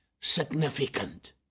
significant